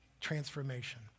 transformation